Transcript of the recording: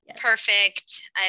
perfect